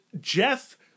Jeff